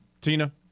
tina